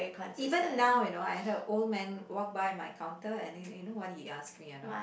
even now you know I had a old man walk by my counter you know and you you know what he ask me or not